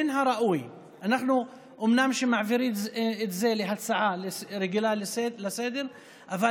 אנחנו אומנם הופכים את זה להצעה רגילה לסדר-היום,